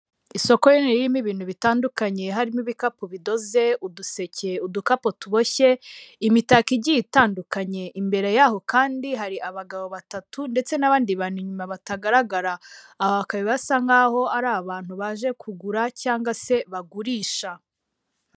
Isoko rinini ririmo ibintu bitandukanye harimo ibikapu bidoze, uduseke, udukapu tuboshye, imitako igiye itandukanye, imbere yaho kandi hari abagabo batatu ndetse n'abandi bantu nyuma batagaragara aho bakaba basa nk'aho ari abantu baje kugura cyangwa se bagurisha.